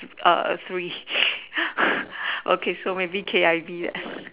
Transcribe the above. err three okay so maybe K_I_V ah